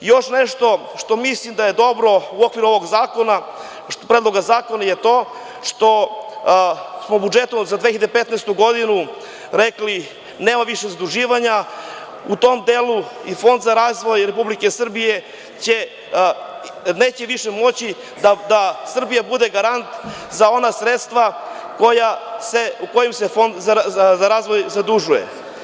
Još nešto što mislim da je dobro u okviru ovoga Predloga zakona je to što smo u budžetu za 2015. godinu rekli – nema više zaduživanja, u tom delu i Fond za razvoj Republike Srbije neće više moći da Srbija bude garant za ona sredstva kojima se Fond za razvoj zadužuje.